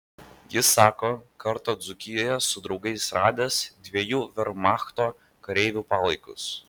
jis sako kartą dzūkijoje su draugais radęs dviejų vermachto kareivių palaikus